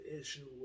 issue